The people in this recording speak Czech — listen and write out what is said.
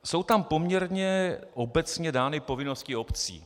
Jsou tam poměrně obecně dány povinnosti obcí.